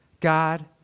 God